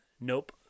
nope